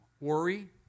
Worry